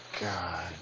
God